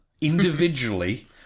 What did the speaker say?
individually